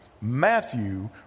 Matthew